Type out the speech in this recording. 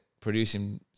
producing